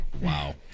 Wow